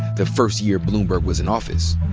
the first year bloomberg was in office.